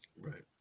Right